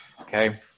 Okay